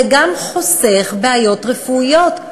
וגם חוסך בעיות רפואיות,